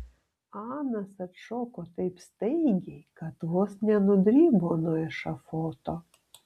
anas atšoko taip staigiai kad vos nenudribo nuo ešafoto